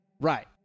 Right